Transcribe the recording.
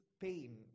pain